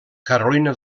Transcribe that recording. carolina